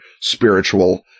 spiritual